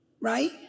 right